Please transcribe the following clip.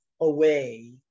away